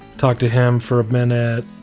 talked to him for a minute.